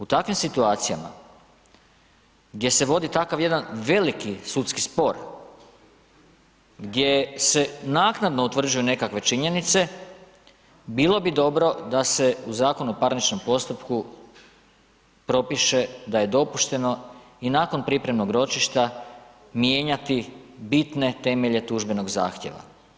U takvim situacijama gdje se vodi takav jedan veliki sudski spor, gdje se naknadno utvrđuju nekakve činjenice, bilo bi dobro da se u ZPP-u propiše da je dopušteno i nakon pripremnog ročišta, mijenjati bitne temelje tužbenog zahtjeva.